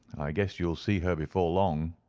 i guess you'll see her before long.